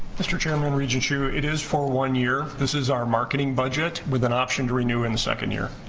mr. chairman regent hsu it is for one year this is our marketing budget with an option to renew in the second year.